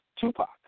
Tupac